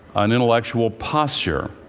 an intellectual posture.